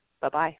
Bye-bye